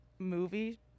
movie